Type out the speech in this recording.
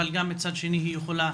אבל גם מצד שני היא יכולה